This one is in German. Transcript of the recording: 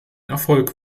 erfolg